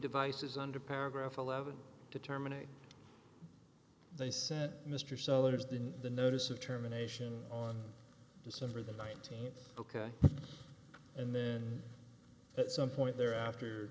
devices under paragraph eleven to terminate they said mr sellers than the notice of terminations on december the nineteenth ok and then at some point there after